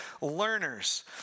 learners